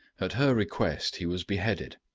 at her request he was beheaded,